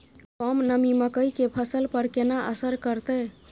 कम नमी मकई के फसल पर केना असर करतय?